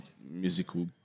musical